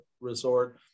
resort